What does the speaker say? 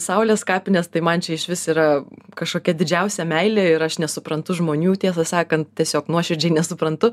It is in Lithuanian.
saulės kapinės tai man čia išvis yra kažkokia didžiausia meilė ir aš nesuprantu žmonių tiesą sakant tiesiog nuoširdžiai nesuprantu